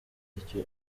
icyo